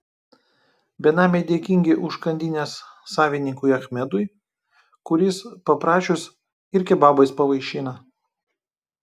benamiai dėkingi užkandinės savininkui achmedui kuris paprašius ir kebabais pavaišina